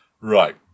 Right